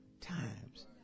times